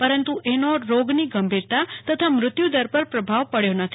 પરંતુ એનો રોગની ગંભીરતા તથા મૃત્યુદર પર પ્રભાવ પડ્યો નથી